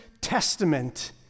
testament